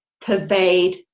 pervade